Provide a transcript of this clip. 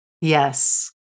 Yes